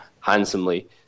handsomely